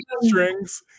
strings